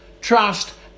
trust